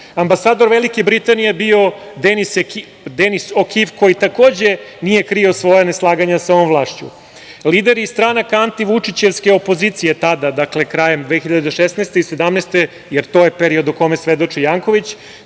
ambasador Velike Britanije je bio Denis Kif koji takođe nije krio svoja neslaganja sa ovom vlašću. Lideri stranaka antivučićevske opozicije tada, krajem 2016. i 2017. godine, jer to je period o kome svedoči Janković,